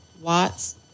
watts